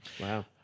wow